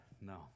no